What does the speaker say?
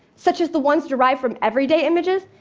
such as the ones derived from everyday images,